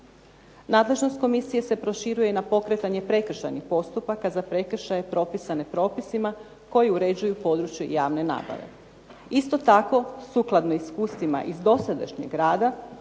Nadležnost komisije se proširuje na pokretanje prekršajnih postupaka za prekršaje propisane propisima koji uređuju područje javne nabave. Isto tako sukladno iskustvima iz dosadašnjeg rada